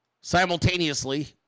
Simultaneously